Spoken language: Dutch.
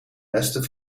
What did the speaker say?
westen